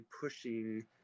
pushing